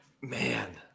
Man